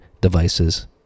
devices